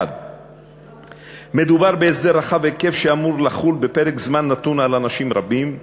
1. מדובר בהסדר רחב היקף שאמור לחול בפרק זמן נתון על אנשים רבים,